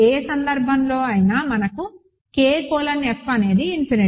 ఏ సందర్భంలోనైనా మనకు K colon F అనేది ఇన్ఫినిటీ